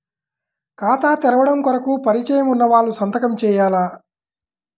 ఖాతా తెరవడం కొరకు పరిచయము వున్నవాళ్లు సంతకము చేయాలా?